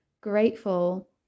grateful